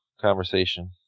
conversation